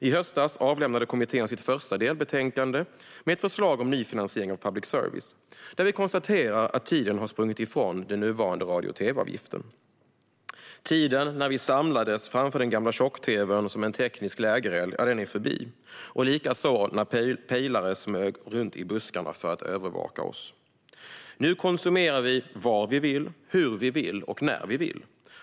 I höstas avlämnade kommittén sitt första delbetänkande med ett förslag om ny finansiering av public service. Där konstaterar vi att tiden har sprungit ifrån den nuvarande radio och tv-avgiften. Den tid då vi samlades framför den gamla tjock-tv:n som en teknisk lägereld är förbi liksom tiden då pejlare smög runt i buskarna för att övervaka oss. Nu konsumerar vi var vi vill, hur vi vill och när vi vill.